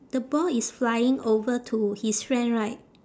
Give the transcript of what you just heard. the ball is flying over to his friend right